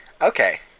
Okay